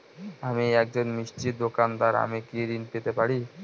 আমি একজন মিষ্টির দোকাদার আমি কি ঋণ পেতে পারি?